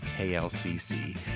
KLCC